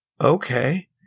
Okay